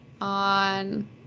on